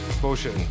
Bullshit